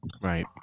Right